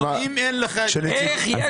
תתקן את החוק.